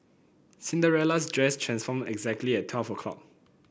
Cinderella's dress transformed exactly at twelve o'clock